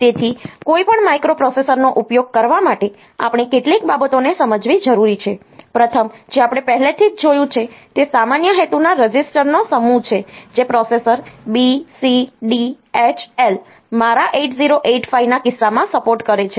તેથી કોઈપણ માઇક્રોપ્રોસેસરનો ઉપયોગ કરવા માટે આપણે કેટલીક બાબતોને સમજવાની જરૂર છે પ્રથમ જે આપણે પહેલાથી જ જોયું છે તે સામાન્ય હેતુના રજીસ્ટરનો સમૂહ છે જે processor B C D H L મારા 8085 ના કિસ્સામાં સપોર્ટ કરે છે